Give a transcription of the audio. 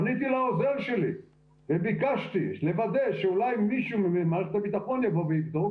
פניתי לעוזר שלי וביקשתי לוודא אולי מישהו ממערכת הביטחון יבוא ויבדוק